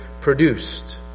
produced